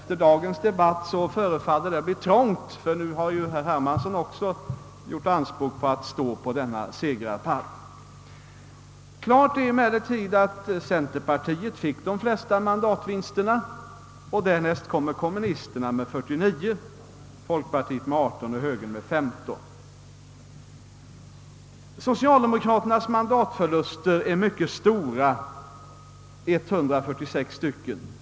Efter dagens debatt förefaller det att bli trångt där, ty nu har också herr Hermansson gjort anspråk på att få stå på denna segrarpall. Klart är emellertid att centerpartiet fick de flesta mandatvinsterna och därnäst kommer kommunisterna med 49, folkpartiet med 18 och högern med 15 mandat. Socialdemokraternas förlust är mycket stor, 146 mandat.